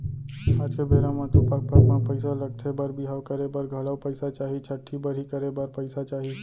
आज के बेरा म तो पग पग म पइसा लगथे बर बिहाव करे बर घलौ पइसा चाही, छठ्ठी बरही करे बर पइसा चाही